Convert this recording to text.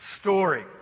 Story